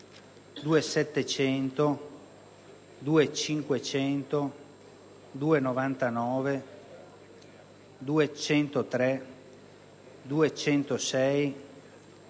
2.700, 2.500, 2.99, 2.103, 2.106,